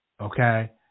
Okay